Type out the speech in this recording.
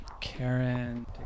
karen